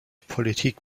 politik